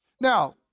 Now